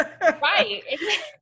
Right